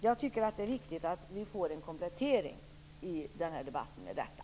Jag tycker att det är viktigt att vi får en komplettering i debatten om detta.